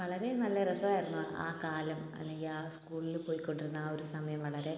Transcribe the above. വളരെ നല്ല രസമായിരുന്നു ആ കാലം അല്ലെങ്കിൽ ആ സ്കൂളിൽ പൊയിക്കൊണ്ടിരുന്ന ആ ഒരു സമയം വളരെ